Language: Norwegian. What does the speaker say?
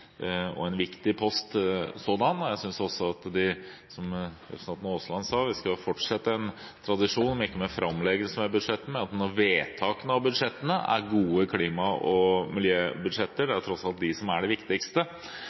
og en viktig sådan. Jeg syns – til representanten Aasland – at vi skal fortsette en tradisjon, at vi, om ikke ved framleggelsen av budsjettene så ved vedtakene av budsjettene, får gode klima- og miljøbudsjetter. Det er tross alt de som er det viktigste.